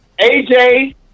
AJ